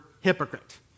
hypocrite